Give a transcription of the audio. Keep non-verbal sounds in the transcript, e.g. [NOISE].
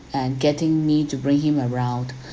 and getting me to bring him around [BREATH]